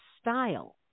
style